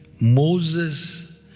Moses